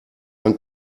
ein